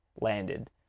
landed